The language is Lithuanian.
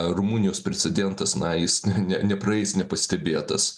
rumunijos precedentas na jis ne nepraeis nepastebėtas